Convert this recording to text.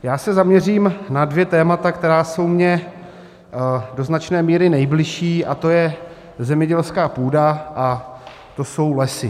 Já se zaměřím na dvě témata, která jsou mi do značné míry nejbližší, a to je zemědělská půda a to jsou lesy.